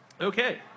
Okay